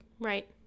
Right